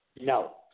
No